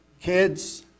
kids